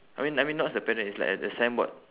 I mean I mean not the parent is like a a signboard